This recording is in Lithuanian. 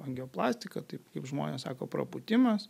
angioplastika taip kaip žmonės sako prapūtimas